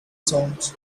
songs